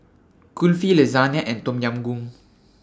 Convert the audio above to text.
Kulfi Lasagna and Tom Yam Goong